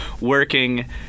working